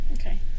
Okay